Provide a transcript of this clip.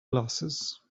glasses